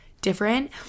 different